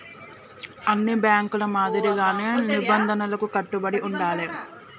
అన్ని బ్యేంకుల మాదిరిగానే నిబంధనలకు కట్టుబడి ఉండాలే